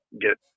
get